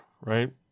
right